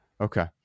Okay